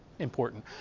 important